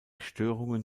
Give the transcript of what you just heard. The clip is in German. störungen